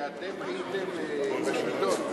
כשאתם הייתם בשלטון,